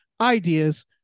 ideas